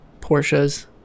Porsches